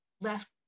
left